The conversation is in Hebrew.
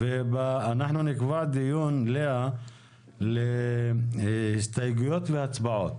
לאה, נקבע דיון להסתייגויות והצבעות.